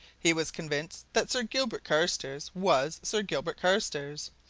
he was convinced that sir gilbert carstairs was sir gilbert carstairs,